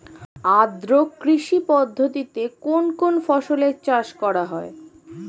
আদ্র কৃষি পদ্ধতিতে কোন কোন ফসলের চাষ করা হয়?